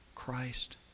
Christ